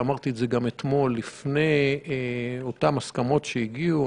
ואמרתי את זה גם אתמול לפני אותן הסכמות שהגיעו,